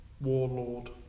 Warlord